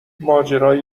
ماجرای